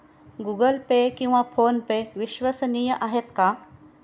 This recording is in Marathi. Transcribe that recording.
गूगल पे किंवा फोनपे विश्वसनीय आहेत का?